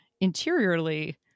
interiorly